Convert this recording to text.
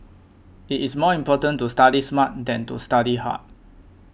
it is more important to study smart than to study hard